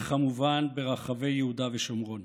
וכמובן ברחבי יהודה ושומרון.